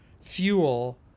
fuel